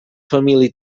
família